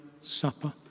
supper